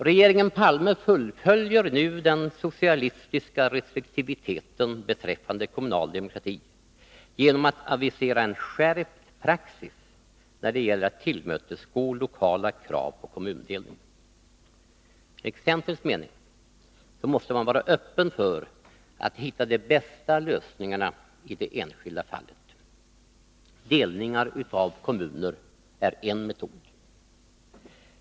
Regeringen Palme fullföljer nu den socialistiska restriktiviteten beträffande kommunal demokrati genom att avisera en skärpning av praxisen när det gäller att tillmötesgå lokala krav på kommundelning. Enligt centerns mening måste man vara öppen för att hitta de bästa lösningarna i det enskilda fallet. Delningar av kommuner är en metod.